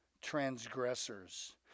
transgressors